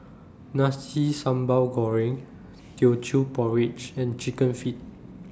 Nasi Sambal Goreng Teochew Porridge and Chicken Feet